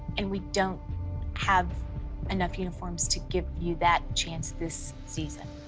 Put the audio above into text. and we don't have enough uniforms to give you that chance this season.